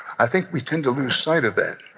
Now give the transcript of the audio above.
i think we tend to lose sight of that.